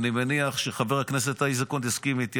ואני מניח שחבר הכנסת איזנקוט יסכים איתי,